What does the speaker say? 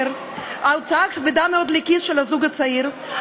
גבוהה ביותר, הוצאה כבדה מאוד לכיס של הזוג הצעיר.